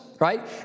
right